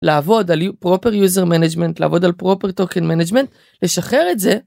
לעבוד על פרופר יוזר מנג'מנט לעבוד על פרופר טוקן מנג'מנט לשחרר את זה.